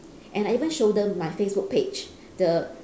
and I even show them my facebook page the